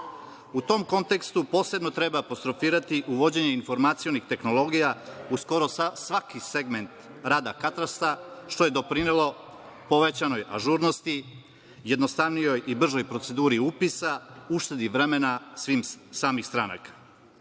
tom kontekstu, posebno treba apostrofirati uvođenje informacionih tehnologija u skoro svaki segment rada katastra, što je doprinelo povećanoj ažurnosti, jednostavnijoj i bržoj proceduri upisa, uštedi vremena samih stranaka. Takođe,